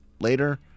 later